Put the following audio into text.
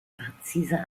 präzise